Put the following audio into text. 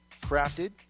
Crafted